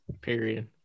period